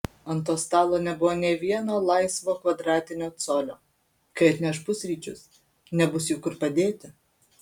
ant to stalo nebuvo nė vieno laisvo kvadratinio colio kai atneš pusryčius nebus jų kur padėti